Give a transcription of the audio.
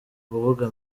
kuvuga